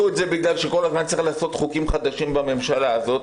את זה בגלל שכל הזמן צריך לחוקק חוקים חדשים בממשלה הזאת,